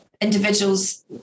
individuals